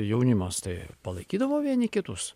jaunimas tai palaikydavo vieni kitus